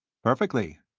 perfectly.